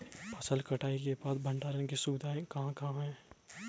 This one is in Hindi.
फसल कटाई के बाद भंडारण की सुविधाएं कहाँ कहाँ हैं?